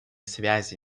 связи